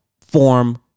form